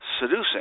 Seducing